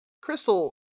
Crystal